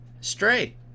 Straight